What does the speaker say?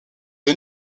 the